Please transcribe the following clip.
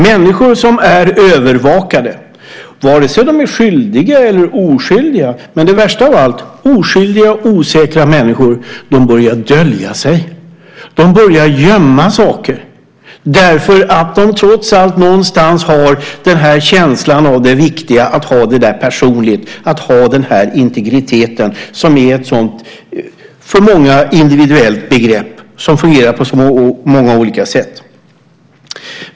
Människor som är övervakade, vare sig de är skyldiga eller oskyldiga, börjar dölja sig, och det värsta av allt oskyldiga och osäkra människor. De börjar gömma saker, därför att de trots allt någonstans har känslan av det viktiga i att ha det personligt, i att ha den integritet som är ett individuellt begrepp för många och fungerar på så många olika sätt.